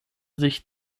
sich